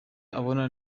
abona